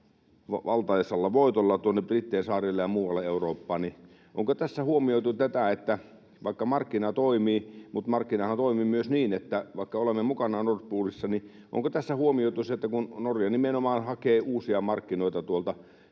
valtaisalla voitolla tuonne Brittein saarille ja muualle Eurooppaan. Markkina toimii, mutta markkinahan toimii myös näin, vaikka olemme mukana Nord Poolissa. Onko tässä huomioitu se, että Norja nimenomaan hakee uusia markkinoita tuolta